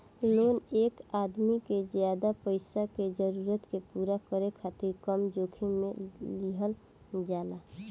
loan एक आदमी के ज्यादा पईसा के जरूरत के पूरा करे खातिर कम जोखिम में लिहल जाला